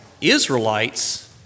Israelites